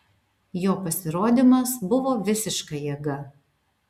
jo pasirodymas buvo visiška jėga